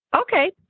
Okay